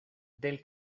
del